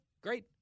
great